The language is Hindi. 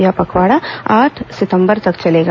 यह पखवाड़ा आठ सितंबर तक चलेगा